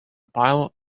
pile